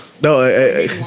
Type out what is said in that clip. No